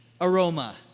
aroma